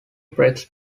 prix